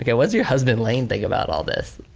yeah what does your husband lane think about all this?